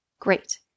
Great